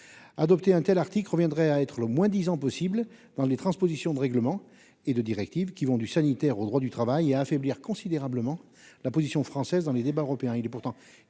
Adopter un tel article reviendrait à être le moins-disant possible dans les transpositions du droit européen, qui va du sanitaire au droit du travail, et à affaiblir considérablement la position française dans les débats européens.